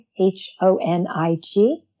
H-O-N-I-G